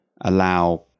allow